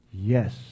Yes